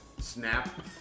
snap